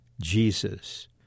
Jesus